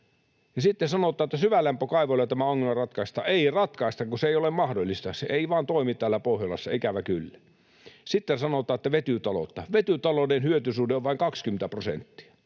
Ja sitten sanotaan, että syvälämpökaivoilla tämä ongelma ratkaistaan. Ei ratkaista, kun se ei ole mahdollista. Se ei vaan toimi täällä Pohjolassa, ikävä kyllä. Sitten sanotaan, että vetytaloutta. Vetytalouden hyötysuhde on vain 20 prosenttia.